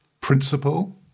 principle